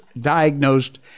diagnosed